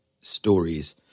stories